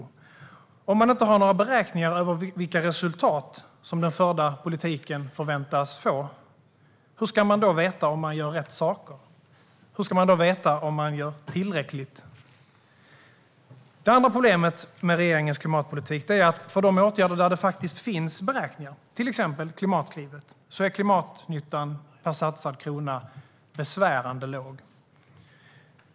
Hur ska man veta om man gör rätt saker om man inte har några beräkningar över vilka resultat som den förda politiken förväntas få? Hur ska man då veta om man gör tillräckligt? Det andra problemet med regeringens klimatpolitik är att för de åtgärder där det faktiskt finns beräkningar, till exempel Klimatklivet, är klimatnyttan per satsad krona besvärande låg.